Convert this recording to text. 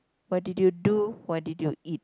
what did you do what did you eat